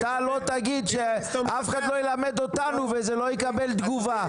אתה לא תגיד ש'אף אחד לא ילמד אותנו' וזה לא יקבל תגובה,